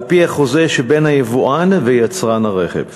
על-פי החוזה שבין היבואן ויצרן הרכב,